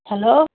hello